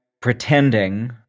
pretending